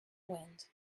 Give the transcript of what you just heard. wind